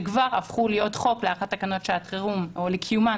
שכבר הפכו להיות חוק לאחר תקנות שעת חירום או לקיומן